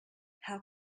how